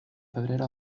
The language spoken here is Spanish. febrero